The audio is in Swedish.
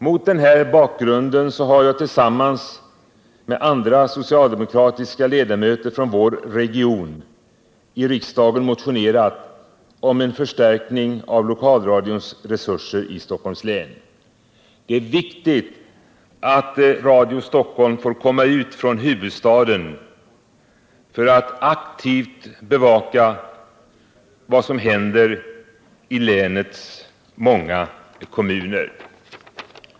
Mot den här bakgrunden har jag tillsammans med andra socialdemokratiska ledamöter från vår region i riksdagen motionerat om en förstärkning av lokalradions resurser i Stockholms län. Det är viktigt att Radio Stockholm får komma ut från huvudstaden för att aktivt bevaka vad som händer i länets många kommuner.